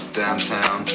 downtown